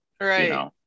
right